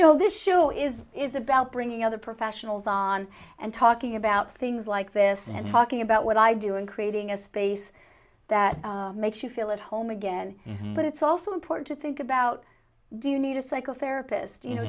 know this show is is about bringing other professionals on and talking about things like this and talking about what i do and creating a space that makes you feel at home again but it's also important to think about do you need a psychotherapist you know